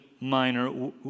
Minor